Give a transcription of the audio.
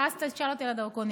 ואז תשאל אותי על הדרכונים.